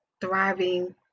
thriving